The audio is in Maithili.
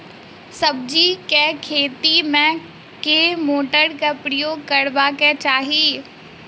सब्जी केँ खेती मे केँ मोटर केँ प्रयोग करबाक चाहि?